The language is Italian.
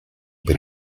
per